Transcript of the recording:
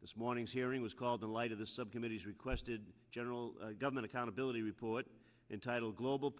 this morning's hearing was called in light of the subcommittees requested general government accountability report entitled global